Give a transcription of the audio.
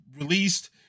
released